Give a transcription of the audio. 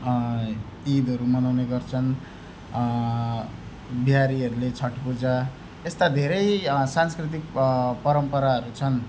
इदहरू मनाउने गर्छन् बिहारीहरूले छठ पूजा यस्ता धेरै सांस्कृतिक परम्पराहरू छन्